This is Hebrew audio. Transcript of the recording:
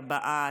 הבאה,